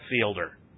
fielder